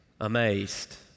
amazed